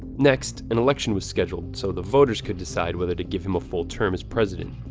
next, an election was scheduled so the voters could decide whether to give him a full term as president.